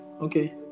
Okay